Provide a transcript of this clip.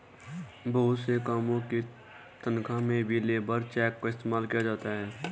बहुत से कामों की तन्ख्वाह में भी लेबर चेक का इस्तेमाल किया जाता है